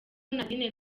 nadine